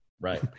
Right